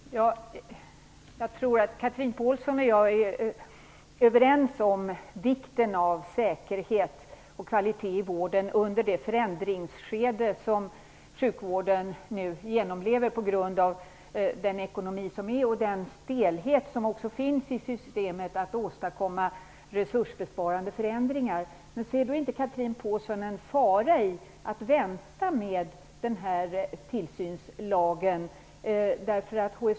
Fru talman! Jag tror att Chatrine Pålsson och jag är överens om vikten av säkerhet och kvalitet i vården under det förändringsskede som sjukvården nu genomlever på grund av den ekonomi som vi har och den stelhet som finns i systemet att åstadkomma resursbesparande förändringar. Ser inte Chatrine Pålsson en fara i att vänta med den här tillsynslagen?